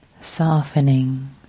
Softening